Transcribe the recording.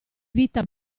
vita